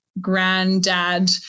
granddad